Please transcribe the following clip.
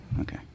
Okay